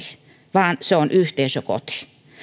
vaan se on yhteisökoti